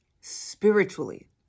spiritually